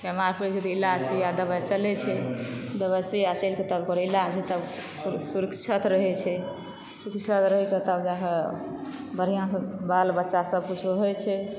बेमार पड़ै छै तऽ इलाज सुइया दबाइ चलै छै दबाइ सुइया चलिकऽ तब ओकर इलाज तब सुरक्षित रहै छै ई सब रैहकऽ तब वैहए बढ़ियासऽ बाल बच्चा सब कुछो होइ छै